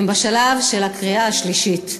הן בשלב של הקריאה השלישית.